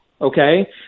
Okay